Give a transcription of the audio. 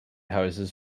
houses